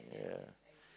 yeah